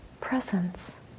presence